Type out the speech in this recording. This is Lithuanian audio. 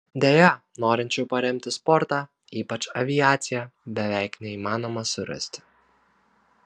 deja norinčių paremti sportą ypač aviaciją beveik neįmanoma surasti